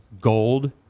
gold